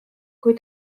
kui